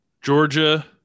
Georgia